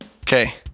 Okay